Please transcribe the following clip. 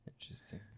interesting